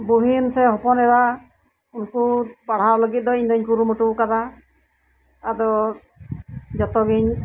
ᱵᱩᱦᱤᱱ ᱥᱮ ᱦᱚᱯᱚᱱ ᱮᱨᱟ ᱩᱝᱠᱩ ᱯᱟᱲᱦᱟᱣ ᱞᱟᱜᱤᱫ ᱫᱚ ᱤᱧ ᱫᱚᱧ ᱠᱩᱨᱩ ᱢᱩᱴᱩᱣ ᱠᱟᱫᱟ ᱟᱫᱚ ᱡᱚᱛᱚᱜᱤᱧ